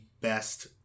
best